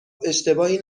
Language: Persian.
اشتباهی